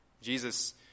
Jesus